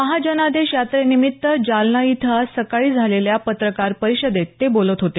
महाजनादेश यात्रेनिमित्त जालना इथं आज सकाळी झालेल्या पत्रकार परिषदेत बोलत होते